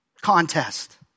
contest